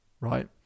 right